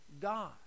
God